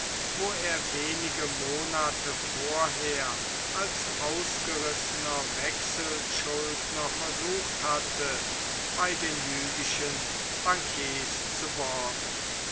wo er wenige monate vorher als ausgerissener wechselschuldner versucht hatte bei den jüdischen bankiers zu borgen